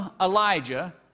Elijah